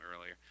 earlier